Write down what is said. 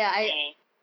mm